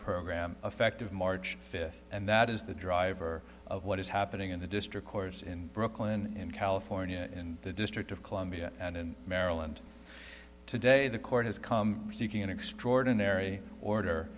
program effective march fifth and that is the driver of what is happening in the district courts in brooklyn and california and the district of columbia and in maryland today the court has come seeking an extraordinary order